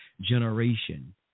generation